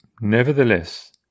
nevertheless